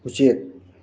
ꯎꯆꯦꯛ